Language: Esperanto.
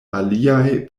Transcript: aliaj